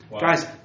Guys